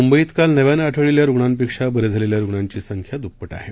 मुंबईत काल नव्यानं आढळलेल्या रुग्णांपेक्षा बरे झालेल्या रुग्णांची संख्या द्पट आहे